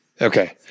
okay